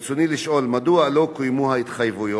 רצוני לשאול: 1. מדוע לא קוימו ההתחייבויות?